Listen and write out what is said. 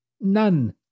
None